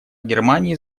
германии